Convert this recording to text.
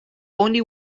only